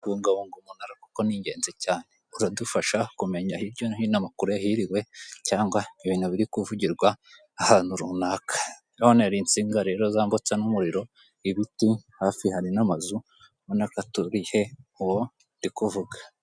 Kubungabunga umunara koko ni ingenzi cyane. Uradufasha kumenya hirya no hino amakuru yahiriwe cyangwa ibintu biri kuvugirwa ahantu runaka. Rero hano hari insinga zambutsa n'umuriro, ibiti, hafi hari n'amazu ubona ko aturiye uwo ndi kuvuga.